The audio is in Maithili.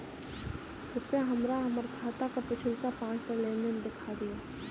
कृपया हमरा हम्मर खाताक पिछुलका पाँचटा लेन देन देखा दियऽ